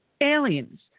aliens